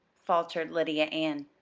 faltered lydia ann,